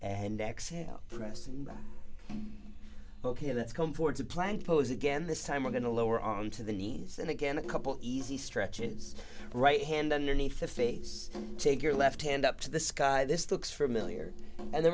and exhale rest ok let's come forward to plank pose again this time we're going to lower on to the knees and again a couple easy stretches right hand underneath the face take your left hand up to the sky this looks familiar and the